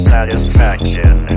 Satisfaction